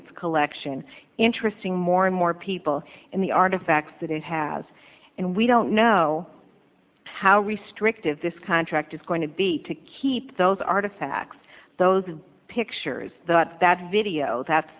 its collection interesting more and more people in the artifacts that it has and we don't know how restrictive this contract is going to be to keep those artifacts those pictures that video that